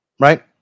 right